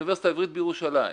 האוניברסיטה העברית בירושלים,